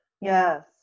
Yes